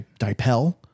dipel